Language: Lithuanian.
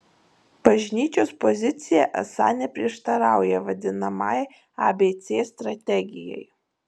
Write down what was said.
bažnyčios pozicija esą neprieštarauja vadinamajai abc strategijai